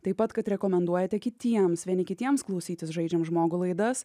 taip pat kad rekomenduojate kitiems vieni kitiems klausytis žaidžiam žmogų laidas